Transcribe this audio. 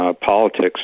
politics